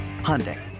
Hyundai